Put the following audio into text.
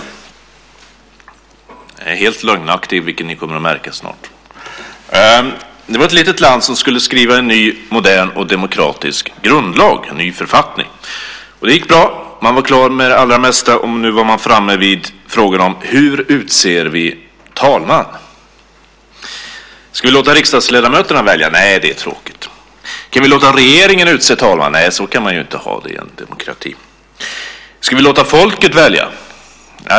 Den är helt lögnaktig, vilket ni kommer att märka snart. Det var ett litet land som skulle skriva en ny, modern och demokratisk grundlag - en ny författning. Det gick bra. Man var klar med det allra mesta, och nu var man framme vid frågan: Hur utser vi talman? Ska vi låta riksdagsledamöterna välja? Nej, det är tråkigt. Kan vi låta regeringen utse talman? Nej, så kan man inte ha det i en demokrati. Ska vi låta folket välja?